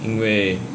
因为